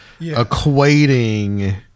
equating